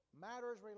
matters